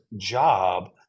job